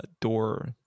door